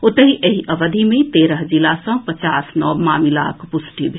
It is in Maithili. ओतहि एहि अवधि मे तेरह जिला सँ पचास नव मामिलाक प्रष्टि भेल